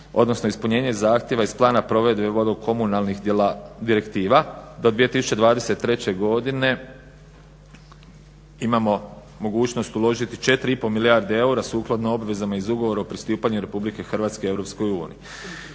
odnosno ispunjenje zahtjeva iz plana provedbe vodokomunalnih direktiva do 2023. godine imamo mogućnost uložiti 4,5 milijarde eura sukladno obvezama iz ugovora o pristupanju Republike Hrvatske